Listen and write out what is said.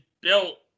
built